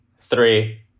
three